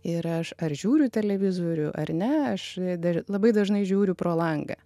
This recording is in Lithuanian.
ir aš ar žiūriu televizorių ar ne aš dar labai dažnai žiūriu pro langą